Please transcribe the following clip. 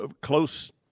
close